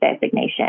designation